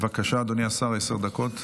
[רשומות (הצעות חוק, חוב' מ/1722).]